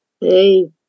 Hey